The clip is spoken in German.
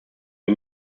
wir